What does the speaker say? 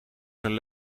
zijn